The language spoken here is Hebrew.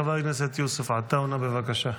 חבר הכנסת יוסף עטאונה, בבקשה.